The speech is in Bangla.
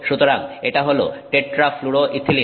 সুতরাং এটা হল টেট্রাফ্লুরোইথিলিন